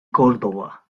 córdoba